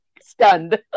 stunned